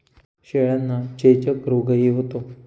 शेळ्यांना चेचक रोगही होतो